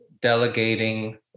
delegating